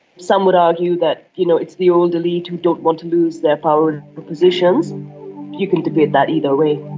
some would argue that you know it's the old elite who don't want to lose their powerful positions you can debate that either way.